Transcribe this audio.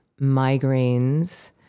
migraines